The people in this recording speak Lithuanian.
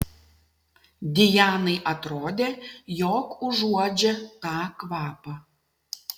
dianai atrodė jog užuodžia tą kvapą